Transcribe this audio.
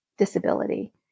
disability